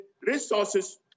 resources